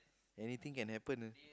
anything can happen ah